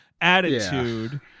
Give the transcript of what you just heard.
attitude